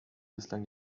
bislang